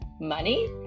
money